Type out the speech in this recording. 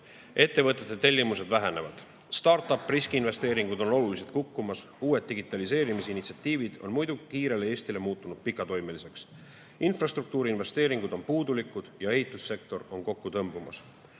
ettevõtete tellimused vähenevad, start‑up'ide riskiinvesteeringud on oluliselt kukkumas, uued digitaliseerimise initsiatiivid on muidu kiires Eestis muutunud pikatoimeliseks, infrastruktuuriinvesteeringud on puudulikud ja ehitussektor kokku tõmbumas.